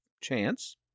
chance